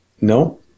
No